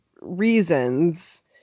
reasons